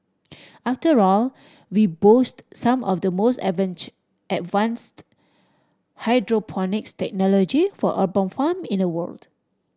after all we boast some of the most advanced hydroponics technology for urban farm in the world